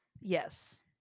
Yes